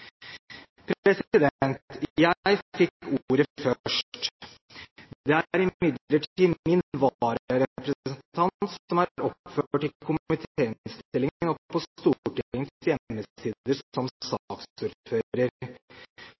Jeg fikk ordet først, president. Det er imidlertid min vararepresentant som er oppført i komitéinnstillingen og på Stortingets hjemmesider som saksordfører.